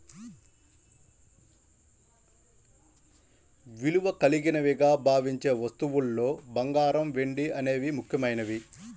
విలువ కలిగినవిగా భావించే వస్తువుల్లో బంగారం, వెండి అనేవి ముఖ్యమైనవి